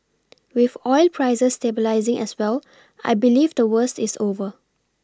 with oil prices stabilising as well I believe the worst is over